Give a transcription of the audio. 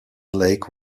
lake